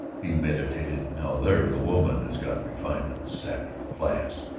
he meditated, now there's a woman that's got refinement, savvy, class!